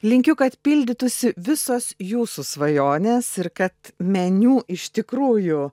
linkiu kad pildytųsi visos jūsų svajonės ir kad meniu iš tikrųjų